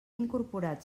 incorporat